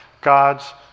God's